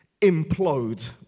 implode